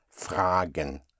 Fragen